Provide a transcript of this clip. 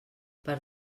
per